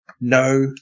No